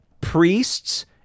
priests